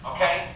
Okay